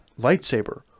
lightsaber